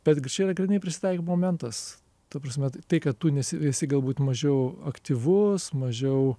betgi čia yra grynai prisitaikymo momentas ta prasme tai kad tu nesi esi galbūt mažiau aktyvus mažiau